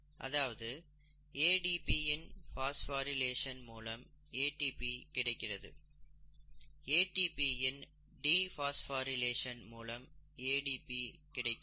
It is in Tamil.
அதாவது ADP இன் பாஸ்போரிலேஷன் மூலம் ATP கிடைக்கிறது ATP இன் டிபாஸ்போரிலேஷன் மூலம் ADP கிடைக்கிறது